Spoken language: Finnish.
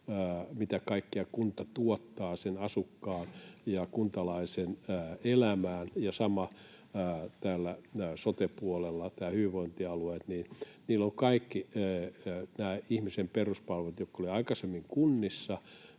mitä kaikkea kunta tuottaa asukkaan ja kuntalaisen elämään, ja sama sote-puolella hyvinvointialueilla, eli että kaikki ihmisten peruspalvelut, jotka olivat aikaisemmin kunnissa,